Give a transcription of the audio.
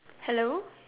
hello